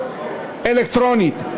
אלקטרונית.